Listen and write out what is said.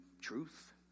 truth